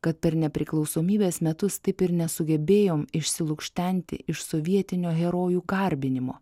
kad per nepriklausomybės metus taip ir nesugebėjom išsilukštenti iš sovietinio herojų garbinimo